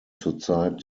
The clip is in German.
zurzeit